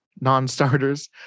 non-starters